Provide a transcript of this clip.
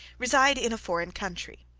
reside in a foreign country,